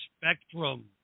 spectrum